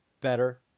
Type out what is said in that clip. better